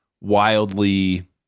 wildly